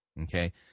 Okay